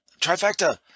trifecta